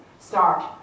start